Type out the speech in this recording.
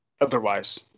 Otherwise